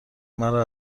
مرا